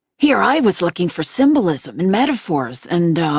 here i was looking for symbolism and metaphors and,